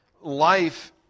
Life